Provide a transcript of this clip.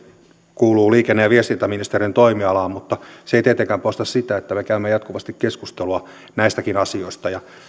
kuuluu liikenne ja viestintäministeriön toimialaan mutta se ei tietenkään poista sitä että me käymme jatkuvasti keskustelua näistäkin asioista